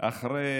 אחרי